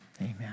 Amen